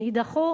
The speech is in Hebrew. יידחו.